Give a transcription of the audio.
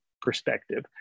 perspective